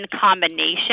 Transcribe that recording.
combination